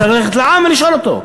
צריך ללכת לעם ולשאול אותו.